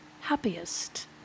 happiest